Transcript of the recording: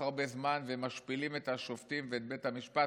הרבה זמן ומשפילים את השופטים ואת בית המשפט,